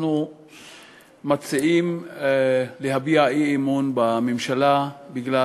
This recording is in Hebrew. אנחנו מציעים להביע אי-אמון בממשלה בגלל